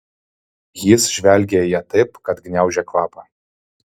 jis žvelgė į ją taip kad gniaužė kvapą